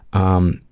um,